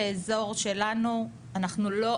באזור שלנו אנחנו לא,